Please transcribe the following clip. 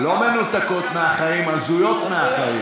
לא מנותקות מהחיים, הזויות מהחיים.